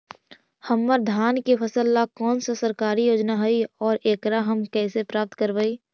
हमर धान के फ़सल ला कौन सा सरकारी योजना हई और एकरा हम कैसे प्राप्त करबई?